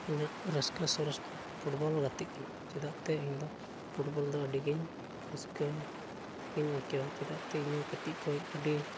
ᱤᱧᱟᱹᱜ ᱨᱟᱹᱥᱠᱟᱹ ᱥᱚᱨᱮᱥ ᱫᱚ ᱯᱷᱩᱴᱵᱚᱞ ᱜᱟᱛᱤᱜ ᱠᱟᱱᱟ ᱪᱮᱫᱟᱜᱥᱮ ᱤᱧ ᱫᱚ ᱯᱷᱩᱴᱵᱚᱞ ᱫᱚ ᱟᱹᱰᱤ ᱜᱮᱧ ᱨᱟᱹᱥᱠᱟᱹ ᱜᱮᱧ ᱟᱹᱭᱠᱟᱹᱣᱟ ᱪᱮᱫᱟᱜ ᱛᱮ ᱤᱧ ᱦᱚᱸ ᱠᱟᱹᱴᱤᱡ ᱠᱷᱚᱱ ᱟᱹᱰᱤ